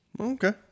Okay